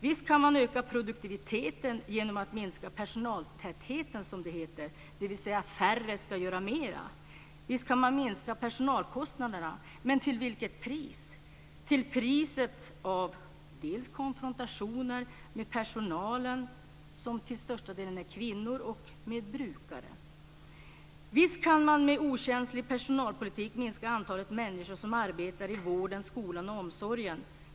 Visst kan man öka produktiviteten genom att minska personaltätheten som det heter, dvs. färre ska göra mer. Visst kan man minska personalkostnaderna - men till vilket pris? Det blir till priset av konfrontationer med dels personalen, som till största delen är kvinnor, dels brukare. Visst kan man med okänslig personalpolitik minska antalet människor som arbetar i vården, skolan och omsorgen.